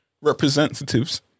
Representatives